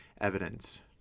evidence